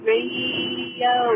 Radio